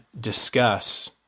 discuss